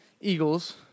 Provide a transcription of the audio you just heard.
Eagles